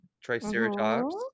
Triceratops